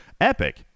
epic